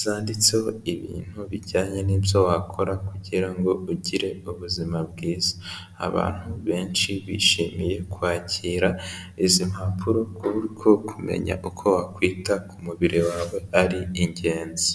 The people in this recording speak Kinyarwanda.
zanditseho ibintu bijyanye n'ibyo wakora kugira ngo ugire ubuzima bwiza. Abantu benshi bishimiye kwakira izi mpapuro kuko kumenya uko wakwita ku mubiri wawe ari ingenzi.